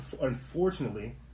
unfortunately